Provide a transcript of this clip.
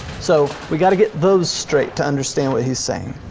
so we gotta get those straight to understand what he's saying.